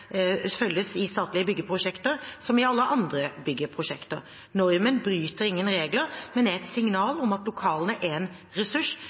byggeprosjekter, som i alle andre byggeprosjekter. Normen bryter ingen regler, men er et signal om at lokaler er en ressurs